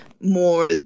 more